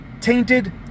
tainted